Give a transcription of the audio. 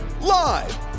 Live